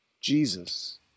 Jesus